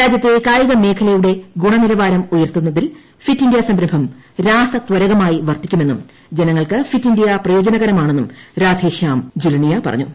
രാജ്യത്തെ കായികമേഖലയുടെ ഗുണനിലവാരം ഉയർത്തുന്നതിൽ ഫിറ്റ്ഇന്ത്യ സംരംഭം രാസത്വരകമായി വർത്തിക്കുമെന്നും ജനങ്ങൾക്ക് ഫിറ്റ് ഇന്ത്യ പ്രയോജനകരമാണെന്നും രാധേ ശ്യാംജുലനിയ പറഞ്ഞു